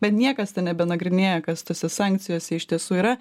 bet niekas ten nebenagrinėja kas tose sankcijose iš tiesų yra